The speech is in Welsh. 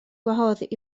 gwahodd